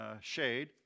shade